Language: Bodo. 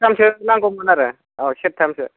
सेरथामसो नांगौमोन आरो औ सेरथामसो